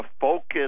focus